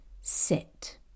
Sit